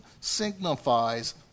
signifies